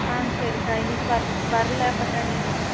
ஆ சரிக்கா இன்னைக்கு வர் வரல பட்டாணி எதுவும்